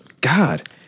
God